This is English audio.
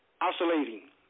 oscillating